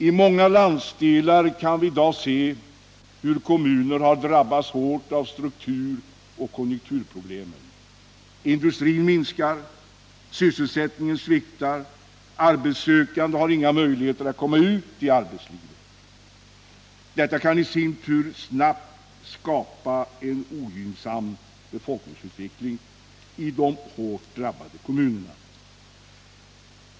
I många landsdelar kan vi i dag se hur kommuner har drabbats hårt av strukturoch konjunkturproblem — industrin minskar, sysselsättningen sviktar, arbetssökande har inga möjligheter att komma ut i arbetslivet. Detta kan i sin tur snabbt skapa en ogynnsam befolkningsutveckling i de hårt drabbade kommunerna.